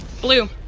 Blue